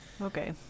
Okay